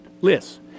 list